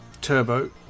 Turbo